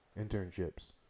internships